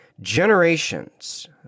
generations